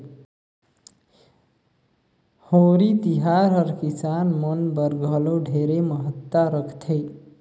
होरी तिहार हर किसान मन बर घलो ढेरे महत्ता रखथे